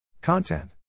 content